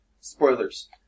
Spoilers